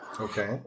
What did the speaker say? Okay